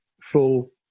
full